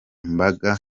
mabanga